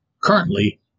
currently